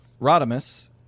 Rodimus